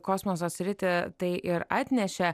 kosmoso sritį tai ir atnešė